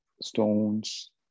stones